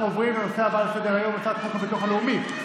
אנחנו עוברים לנושא הבא בסדר-היום: הצעת חוק הביטוח הלאומי,